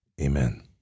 Amen